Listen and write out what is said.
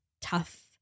tough